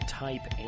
type